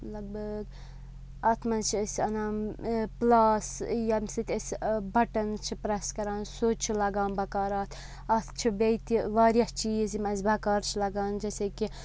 لگ بگ اَتھ منٛز چھِ أسۍ اَنان پٕلاس ییٚمہِ سۭتۍ أسۍ بَٹَن چھِ پرٛیٚس کَران سۄ چھِ لَگان بَکار اَتھ اَتھ چھِ بیٚیہِ تہِ واریاہ چیٖز یِم اَسہِ بَکار چھِ لَگان جیسے کہِ